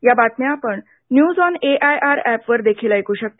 या बातम्या आपण न्यूज ऑन एआयआर ऍपवर देखील ऐकू शकता